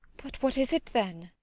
but what is it then?